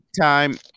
time